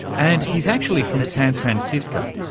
and he's actually from san francisco,